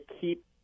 keep